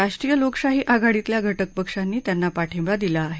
राष्ट्रीय लोकशाही आघाडीतल्या घटक पक्षांनी त्यांना पाठिंबा दिला आहे